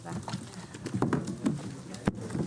הישיבה ננעלה בשעה 10:55.